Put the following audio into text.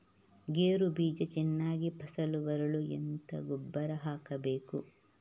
ಗೇರು ಬೀಜ ಚೆನ್ನಾಗಿ ಫಸಲು ಬರಲು ಎಂತ ಗೊಬ್ಬರ ಹಾಕಬೇಕು?